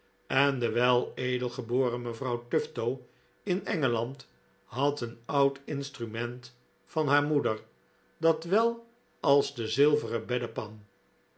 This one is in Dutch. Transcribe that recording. en de weledelgeboren mevrouw tufto in engeland had een oud instrument van haar moeder dat wel als de zilveren beddepan